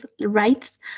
rights